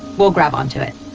we'll grab onto it